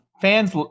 fans